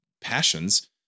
passions